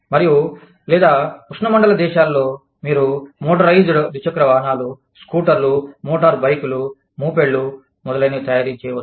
మరియు లేదా ఉష్ణమండల దేశాలలో మీరు మోటరైజ్డ్ ద్విచక్ర వాహనాలు స్కూటర్లు మోటారుబైక్లు మోపెడ్లు మొదలైనవి తయారీ చేయవచ్చు